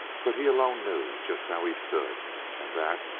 but he alone knew just how he stood, and that,